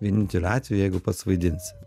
vieninteliu atveju jeigu pats vaidinsi